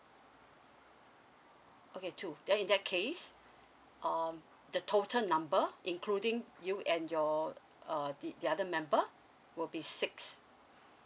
okay two then in that case um the total number including you and your uh the the other members will be six